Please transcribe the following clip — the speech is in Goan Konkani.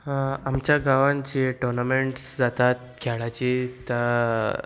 आमच्या गांवांत जी टोर्नामेंट्स जातात खेळाची